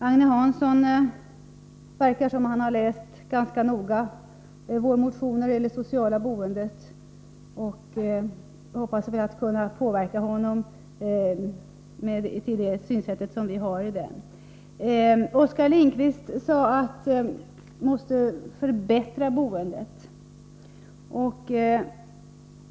Det verkar som om Agne Hansson ganska noga har läst vår motion när det gäller det sociala boendet, och vi hoppas kunna påverka honom så att han ansluter sig till synsättet i motionen. Oskar Lindkvist sade att vi måste förbättra boendet.